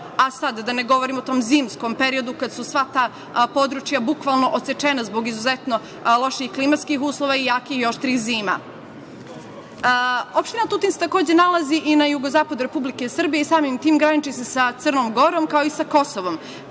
pravca. Da ne govorim sad o tom zimskom periodu, kad su sva ta područja bukvalno odsečena zbog izuzetno loših klimatskih uslova i jakih i oštrih zima. Opština Tutin se nalazi na jugozapadu Republike Srbije i samim tim graniči se sa Crnom Gorom, kao i sa Kosovom.